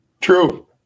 True